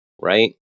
right